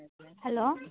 hello